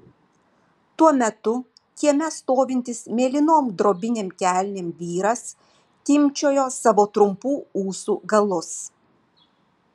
tuo metu kieme stovintis mėlynom drobinėm kelnėm vyras timpčiojo savo trumpų ūsų galus